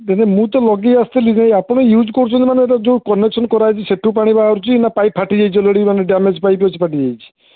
ତେବେ ମୁଁ ତ ଲଗାଇ ଆସିଥିଲି କାହିଁ ଆପଣ ୟୁଜ୍ କରୁଛନ୍ତି ମାନେ ଯେଉଁ କନେକ୍ସନ୍ କରାଯାଇଛି ସେଠୁ ପାଣି ବାହାରୁଛି ନା ପାଇପ୍ ଫାଟି ଯାଇଛି ଅଲ୍ରେଡ଼ି ମାନେ ଡ୍ୟାମେଜ୍ ପାଇପ୍ ଅଛି ଫାଟି ଯାଇଛି